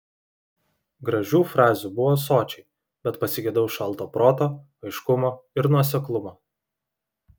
gražių frazių buvo sočiai bet pasigedau šalto proto aiškumo ir nuoseklumo